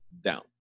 down